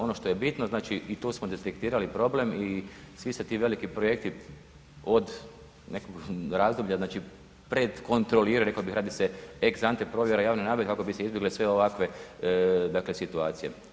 Ono što je bitno, znači i tu smo detektirali problem i svi se ti veliki projekti od nekog razdoblja znači pred kontroliraju, rekao bih radi se ex ante provjera javne nabave kako bi se izbjegle sve ovakve dakle situacije.